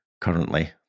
currently